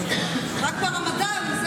רק ברמדאן,